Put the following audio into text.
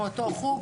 מאותו חוג,